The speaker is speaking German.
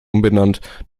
umbenannt